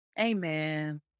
Amen